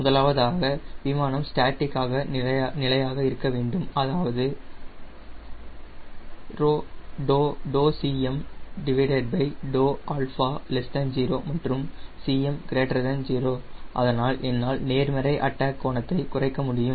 முதலாவதாக விமானம் ஸ்டாடிக்காக நிலையாக இருக்க வேண்டும் அதாவது ∂CM𝜕𝛼 0 மற்றும் CM 0 அதனால் என்னால் நேர்மறை அட்டாக் கோணத்தை குறைக்கமுடியும்